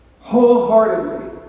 wholeheartedly